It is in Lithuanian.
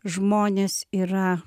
žmonės yra